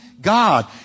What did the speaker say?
God